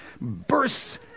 bursts